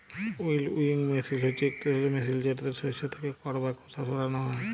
উইলউইং মেসিল হছে ইকট ধরলের মেসিল যেটতে শস্য থ্যাকে খড় বা খোসা সরানো হ্যয়